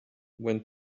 went